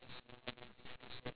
ya there's a dog ya